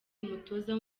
umutoza